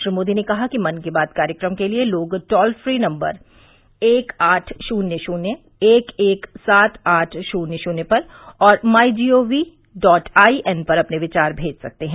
श्री मोदी ने कहा कि मन की बात कार्यक्रम के लिए लोग टोल फ्री नम्बर एक आठ शुन्य शुन्य एक एक सात आठ शुन्य शुन्य पर और my G O V dot I N पर अपने विचार मेज सकते हैं